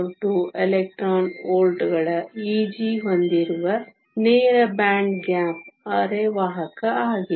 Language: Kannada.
42 ಇಲೆಕ್ಟ್ರಾನ್ ವೋಲ್ಟ್ಗಳ Eg ಹೊಂದಿರುವ ನೇರ ಬ್ಯಾಂಡ್ ಗ್ಯಾಪ್ ಅರೆವಾಹಕ ಆಗಿದೆ